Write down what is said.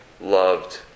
loved